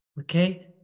okay